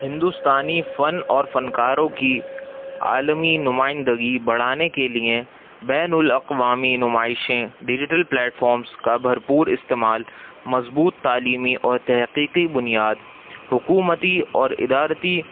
ہندوستانی فن اور فنکاروں کی عالمی نمائندگی بڑھانے کے لیے بین الاقوامی نمائشیں ڈیجیٹل پلیٹفارمس کا بھرپور استعمال مضبوط تعلیمی اور تحقیقی بنیاد حکومتی اور ادارتی